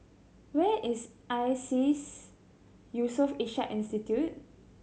where is ISEAS Yusof Ishak Institute